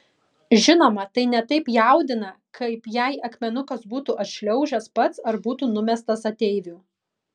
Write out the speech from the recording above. žinoma tai ne taip jaudina kaip jei akmenukas būtų atšliaužęs pats ar būtų nemestas ateivių